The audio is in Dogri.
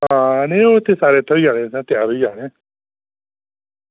आं ओह् ते सारे थ्होई जाने् त्यार होई जाने